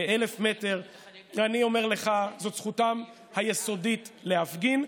אני אומר לך: זו זכותם היסודית להפגין,